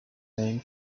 name